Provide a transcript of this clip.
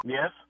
Yes